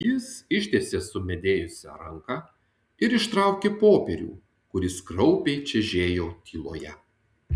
jis ištiesė sumedėjusią ranką ir ištraukė popierių kuris kraupiai čežėjo tyloje